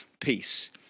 peace